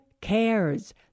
cares